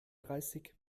dreißig